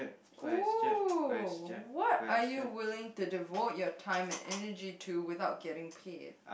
!woo! what are you willing to devote your time and energy to without getting paid